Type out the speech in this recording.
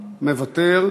מוותר.